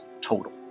total